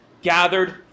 gathered